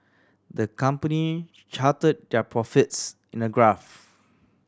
the company charted their profits in a graph